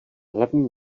hlavní